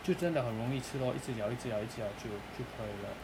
就真的很容易吃 lor 一直咬一直咬一直咬就就可以了